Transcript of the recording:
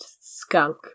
skunk